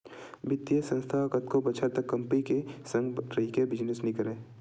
बित्तीय संस्था ह कतको बछर तक कंपी के संग रहिके बिजनेस नइ करय